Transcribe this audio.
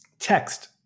text